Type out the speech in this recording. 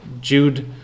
Jude